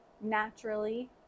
naturally